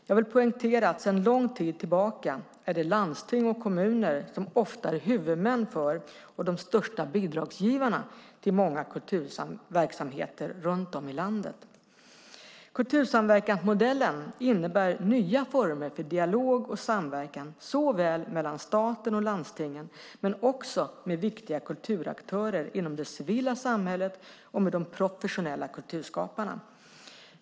Jag vill poängtera att det sedan lång tid tillbaka ofta är landsting och kommuner som är huvudmän för och de största bidragsgivarna till många kulturverksamheter runt om i landet. Kultursamverkansmodellen innebär nya former för dialog och samverkan mellan staten och landstingen men också med viktiga kulturaktörer inom det civila samhället och med de professionella kulturskaparna.